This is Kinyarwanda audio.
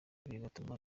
bigatuma